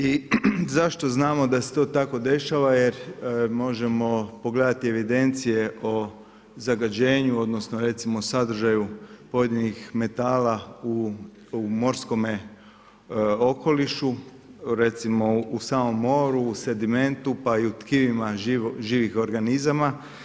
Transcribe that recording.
I zašto znamo da se to tako dešava jer možemo pogledati evidencije o zagađenju, odnosno recimo sadržaju pojedinih metala u morskome okolišu, recimo u samom moru, u sedimentu pa i u tkivima živih organizama.